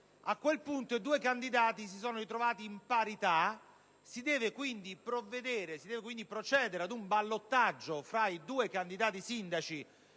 A quel punto i due candidati sindaco si sono ritrovati in parità: si deve quindi procedere ad un ballottaggio tra i due in quanto,